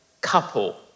couple